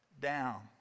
down